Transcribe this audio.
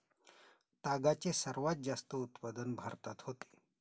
तागाचे सर्वात जास्त उत्पादन भारतात होते